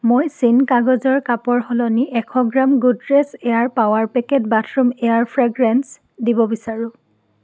মই চিন কাগজৰ কাপৰ সলনি এশ gram Godrej air power packet bathroom air fragrance দিব বিচাৰোঁ